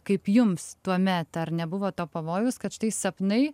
kaip jums tuomet ar nebuvo to pavojaus kad štai sapnai